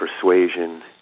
persuasion